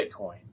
Bitcoin